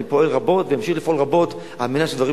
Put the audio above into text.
אני פועל רבות ואמשיך לפעול רבות על מנת שהדברים